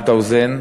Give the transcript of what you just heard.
ממאוטהאוזן,